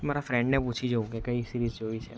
મારા ફ્રેન્ડને પૂછી જોઉં કે કઈ સિરીઝ જોવી છે